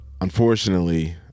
Unfortunately